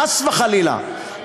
חס וחלילה,